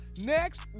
next